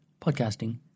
Podcasting